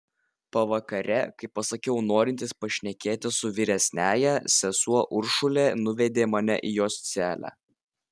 pavakare kai pasakiau norintis pašnekėti su vyresniąja sesuo uršulė nuvedė mane į jos celę